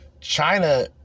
China